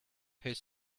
his